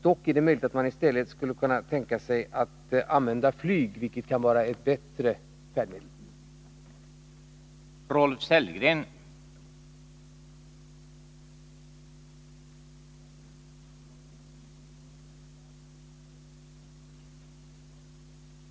Dock är det möjligt att mani stället skulle kunna tänka sig att använda flyg, vilket kan vara ett bättre färdmedel.